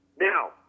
Now